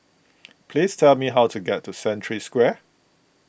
please tell me how to get to Century Square